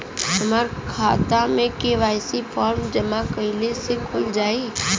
हमार खाता KYC form जमा कइले से खुल जाई?